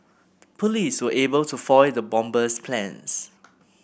police were able to foil the bomber's plans